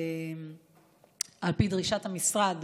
על פי דרישת המשרד,